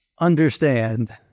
understand